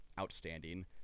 outstanding